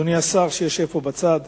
אדוני השר, שיושב פה בצד,